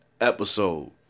episode